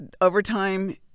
overtime